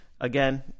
again